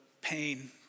pain